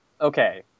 Okay